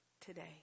today